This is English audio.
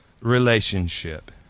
relationship